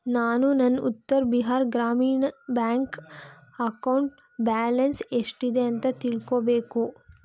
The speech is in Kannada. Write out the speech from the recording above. ನಾನು ನನ್ನ Uttar Bihar Gramin bank account balance ಎಷ್ಟಿದೆ ಅಂತ ತಿಳ್ಕೊಬೇಕು